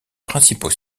principaux